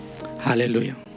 Hallelujah